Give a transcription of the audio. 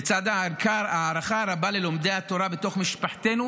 לצד ההערכה הרבה ללומדי התורה בתוך משפחתנו,